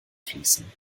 fließen